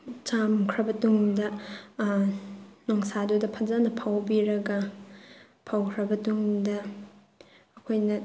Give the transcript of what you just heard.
ꯆꯥꯝꯈ꯭ꯔꯕ ꯇꯨꯡꯗ ꯅꯨꯡꯁꯥꯗꯨꯗ ꯐꯖꯅ ꯐꯧꯕꯤꯔꯒ ꯐꯧꯈ꯭ꯔꯕ ꯇꯨꯡꯗ ꯑꯩꯈꯣꯏꯅ